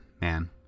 man